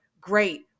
great